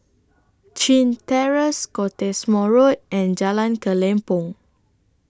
Chin Terrace Cottesmore Road and Jalan Kelempong